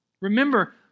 Remember